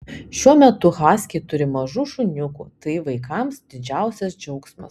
šiuo metu haskiai turi mažų šuniukų tai vaikams didžiausias džiaugsmas